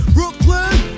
Brooklyn